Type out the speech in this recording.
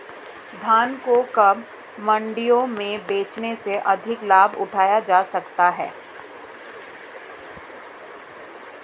धान को कब मंडियों में बेचने से अधिक लाभ उठाया जा सकता है?